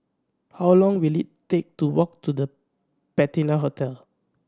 how long will it take to walk to The Patina Hotel